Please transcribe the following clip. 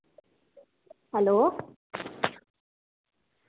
hello